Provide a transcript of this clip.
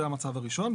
זה המצב הראשון.